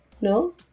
no